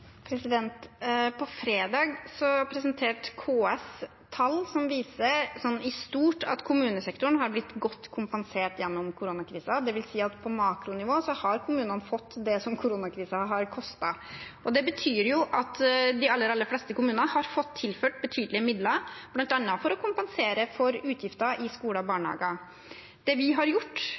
På fredag presenterte KS tall som i stort viser at kommunesektoren har blitt godt kompensert gjennom koronakrisen. Det vil si at på makronivå har kommunene fått det som koronakrisen har kostet. Det betyr at de aller, aller fleste kommuner har fått tilført betydelige midler, bl.a. for å kompensere for utgifter i skoler og barnehager. Det vi har gjort